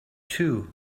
too